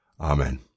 Amen